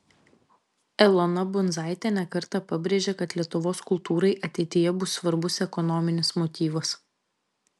elona bundzaitė ne kartą pabrėžė kad lietuvos kultūrai ateityje bus svarbus ekonominis motyvas